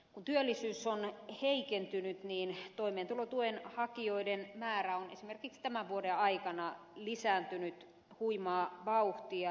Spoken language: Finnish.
kun työllisyys on heikentynyt niin toimeentulotuen hakijoiden määrä on esimerkiksi tämän vuoden aikana lisääntynyt huimaa vauhtia